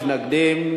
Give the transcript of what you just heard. תשעה בעד, אין מתנגדים.